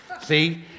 See